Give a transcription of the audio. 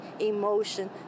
emotion